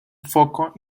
foco